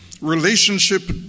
Relationship